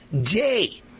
day